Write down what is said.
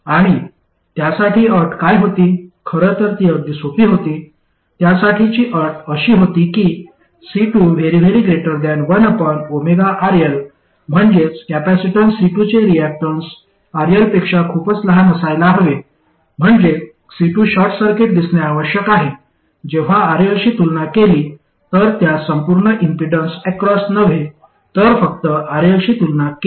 आणि त्यासाठी अट काय होती खरं तर ती अगदी सोपी होती त्यासाठीची अट अशी होती की C21RL म्हणजेच कॅपेसिटन्स C2 चे रियाक्टन्स RL पेक्षा खूपच लहान असायला हवे म्हणजे C2 शॉर्ट सर्किट दिसणे आवश्यक आहे जेव्हा RL शी तुलना केली तर त्या संपूर्ण इम्पीडन्स अक्रॉस नव्हे तर फक्त RL शी तुलना केली